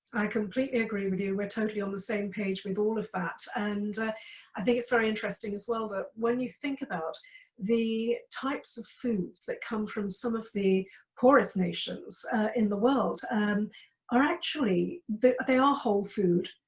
i completely agree with you. we're totally on the same page with all of that. and i think it's very interesting as well that when you think about the types of foods that come from some of the poorest nations in the world are actually they are whole food,